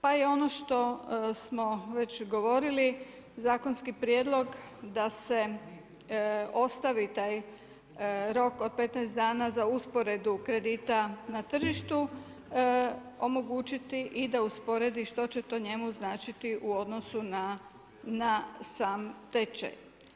Pa i ono što smo već govorili, zakonski prijedlog da se ostavi taj rok od 15 dana za usporedbu kredita na tržištu, omogućiti i usporedi što će to njemu značiti u odnosu na sam tečaj.